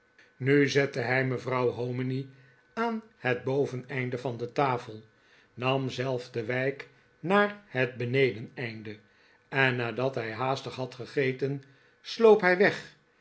nu zette hij mevrouw hominy aan het boveneinde van de tafel nam zelf de wijk naar het benedeneinde en nadat hij haastig had gegeten sloop hij weg